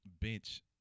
bench